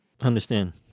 understand